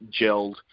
gelled